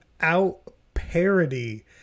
out-parody